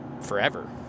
forever